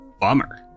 Bummer